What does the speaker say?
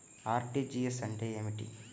RTGS అంటే ఏమిటి?